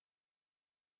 yes okay